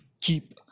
keep